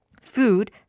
food